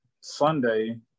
Sunday